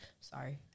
Sorry